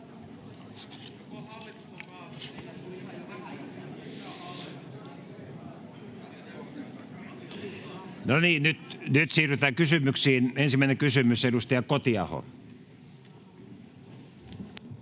Nyt siirrytään kysymyksiin. Ensimmäinen kysymys, edustaja Kotiaho.